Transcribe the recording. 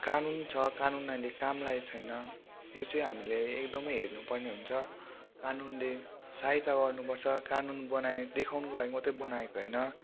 कानुन छ कानुन अहिले काम लागेको छैन यो चाहिँ हामीले एकदमै हेर्नु पर्ने हुन्छ कानुनले सहायता गर्नुपर्छ कानुन बनाए देखाउनुको लागि मात्रै बनाएको होइन